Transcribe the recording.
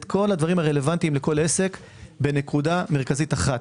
כל הדברים הרלוונטיים לכל עסק בנקודה מרכזית אחת.